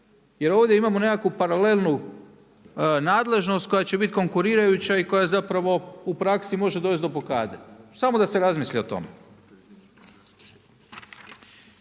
Jer ovdje imamo nekakvu paralelnu nadležnost koja će biti konkurirajuća i koja zapravo u praksi može dovesti do blokade. Samo da se razmisli o tome.